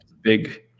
Big